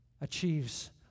achieves